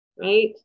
right